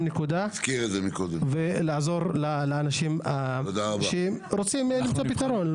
נקודה ולעזור לאנשים שרוצים למצוא פתרון.